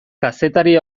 kazetari